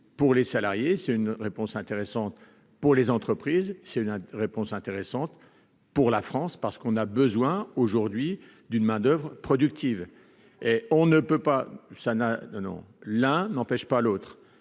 pour les salariés, c'est une réponse intéressante pour les entreprises, c'est une réponse intéressante pour la France parce qu'on a besoin aujourd'hui d'une main d'oeuvre productive et on ne peut pas, ça n'a non, non, l'un n'empêche pas l'autre,